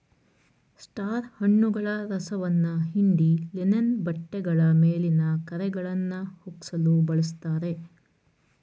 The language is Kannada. ಸ್ಟಾರ್ ಹಣ್ಣುಗಳ ರಸವನ್ನ ಹಿಂಡಿ ಲಿನನ್ ಬಟ್ಟೆಗಳ ಮೇಲಿನ ಕರೆಗಳನ್ನಾ ಹೋಗ್ಸಲು ಬಳುಸ್ತಾರೆ